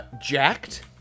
Jacked